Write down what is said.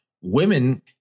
Women